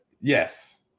Yes